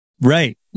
Right